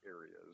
areas